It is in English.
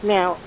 Now